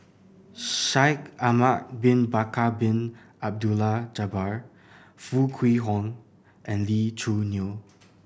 Shaikh Ahmad Bin Bakar Bin Abdullah Jabbar Foo Kwee Horng and Lee Choo Neo